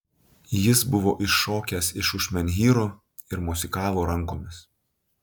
jis buvo iššokęs iš už menhyro ir mosikavo rankomis